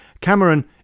Cameron